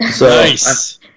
Nice